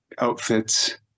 outfits